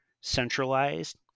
centralized